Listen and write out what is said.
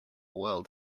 world